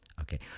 Okay